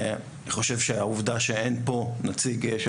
אני חושב שהעובדה שאין פה נציג של